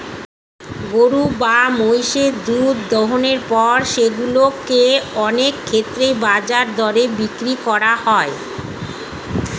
গরু বা মহিষের দুধ দোহনের পর সেগুলো কে অনেক ক্ষেত্রেই বাজার দরে বিক্রি করা হয়